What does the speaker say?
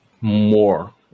more